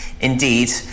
Indeed